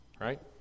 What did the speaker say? Right